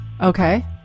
Okay